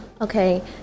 Okay